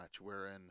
wherein